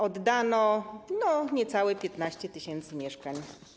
Oddano niecałe 15 tys. mieszkań.